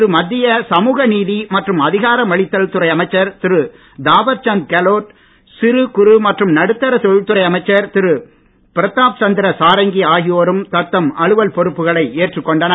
இன்று மத்திய சமூகநீதி மற்றும் அதிகாரமளித்தல் துறை அமைச்சர் திரு தாவர் சந்த் கெலோட் சிறு குறு மற்றும் நடுத்தர தொழில்துறை அமைச்சர் திரு பிரதாப் சந்திர சாரங்கி ஆகியோரும் தத்தம் அலுவல் பொறுப்புகளை ஏற்றுக் கொண்டனர்